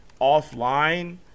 offline